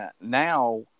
now